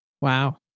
Wow